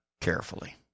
carefully